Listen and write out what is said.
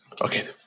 Okay